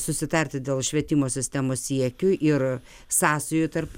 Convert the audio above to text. susitarti dėl švietimo sistemos siekiui ir sąsajų tarp